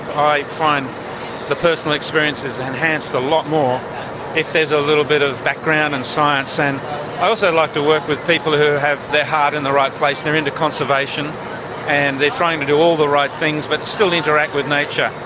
i find the personal experience is enhanced a lot more if there is a little bit of background and science. and i also like to work with people who have their heart in the right place, they're into conservation and are trying to do all the right things but still interact with nature,